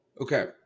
Okay